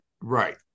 Right